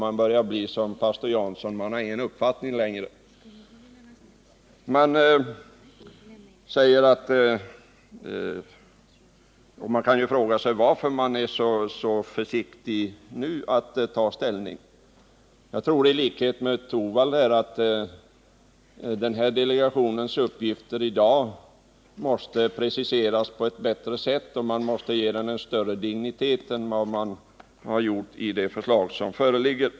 Man börjar bli som pastor Jansson — man har ingen uppfattning längre. Man kan fråga sig varför utskottet nu är så försiktigt. Jag tror i likhet med Rune Torwald att delegationens uppgifter i dag måste preciseras på ett bättre sätt och att man måste ge den större dignitet än vad man gjort i det förslag som föreligger.